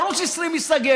ערוץ 20 ייסגר.